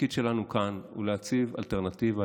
והתפקיד שלנו כאן הוא להציב אלטרנטיבה,